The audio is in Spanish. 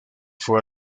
fue